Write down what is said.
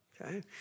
okay